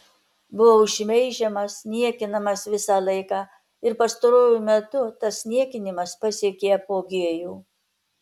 buvau šmeižiamas niekinamas visą laiką ir pastaruoju metu tas niekinimas pasiekė apogėjų